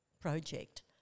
project